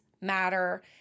matter